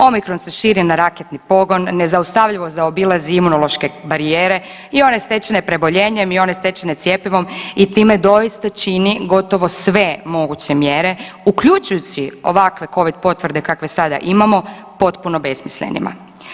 Omikron se širi na raketni pogon, nezaustavljivo zaobilazi imunološke barijere i one stečene preboljenjem i one stečene cjepivom i time doista čini gotovo sve moguće mjere, uključujući ovakve covid potvrde kakve sada imamo potpuno besmislenima.